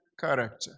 character